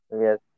Yes